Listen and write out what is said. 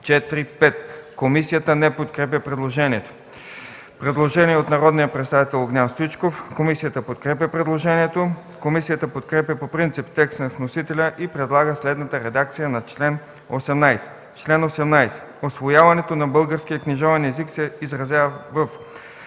и 5. Комисията не подкрепя предложението. Предложение от народния представител Огнян Стоичков. Комисията подкрепя предложението. Комисията подкрепя по принцип текста на вносителя и предлага следната редакция на чл. 18: „Чл. 18. Усвояването на българския книжовен език се изразява в: